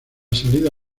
salida